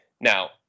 Now